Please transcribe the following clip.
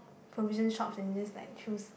provision shops and just like choose